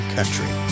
Country